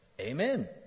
Amen